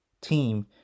team